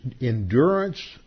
endurance